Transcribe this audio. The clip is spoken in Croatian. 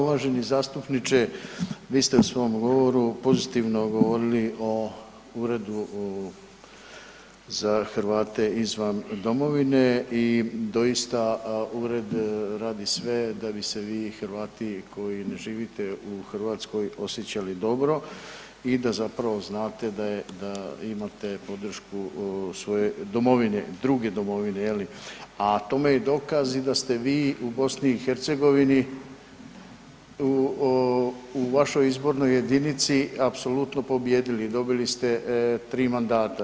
Uvaženi zastupniče, vi ste u svom govoru pozitivno govorili o Uredu za Hrvate izvan domovine i doista ured radi sve da bi se vi Hrvati koji ne živite u Hrvatskoj, osjećali dobro i da zapravo znate da imate podršku svoje domovine, druge domovine, je li a tome je dokaz i da ste vi u BiH-u u vašoj izbornoj jedinici apsolutno pobijedili, dobili ste 3 mandata.